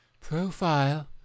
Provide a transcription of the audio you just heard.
Profile